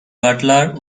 butler